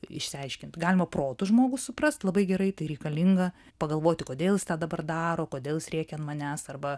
išsiaiškint galima protu žmogų suprast labai gerai tai reikalinga pagalvoti kodėl jis tą dabar daro kodėl jis rėkia ant manęs arba